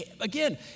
again